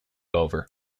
over